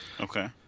Okay